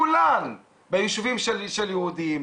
כולן ביישובים של יהודים,